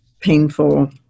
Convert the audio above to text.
painful